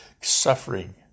suffering